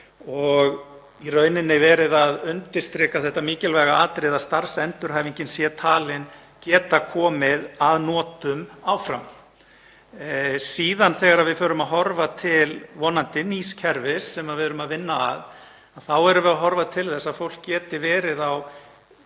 og í rauninni verið að undirstrika þetta mikilvæga atriði, að starfsendurhæfingin sé talin geta komið að notum áfram. Síðan þegar við förum að horfa til vonandi nýs kerfis sem við erum að vinna að þá erum við að horfa til þess að fólk geti verið á